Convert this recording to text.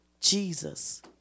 Jesus